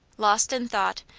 lost in thought,